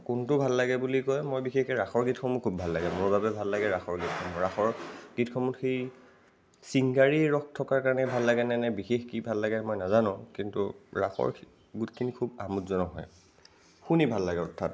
কোনটো ভাল লাগে বুলি কয় মই বিশেষকৈ ৰাসৰ গীতসমূহ খুব ভাল লাগে মোৰ বাবে ভাল লাগে ৰাসৰ গীত ৰাসৰ গীতসমূহত সেই শৃগাৰী ৰস থকা কাৰণে ভাল লাগে নে বিশেষ কি ভাল লাগে মই নাজানোঁ কিন্তু ৰাসৰ গীতখিনি খুব আমোদজনক হয় শুনি ভাল লাগে অৰ্থাৎ